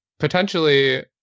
Potentially